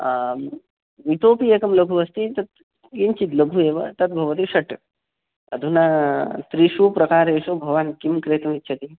आम् इतोपि एकं लघु अस्ति तत् किञ्चित् लघु एव तद्भवति षट् अधुना त्रिषु प्रकारेषु भवान् किं क्रेतुमिच्छति